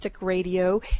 Radio